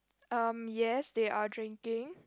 um yes they are drinking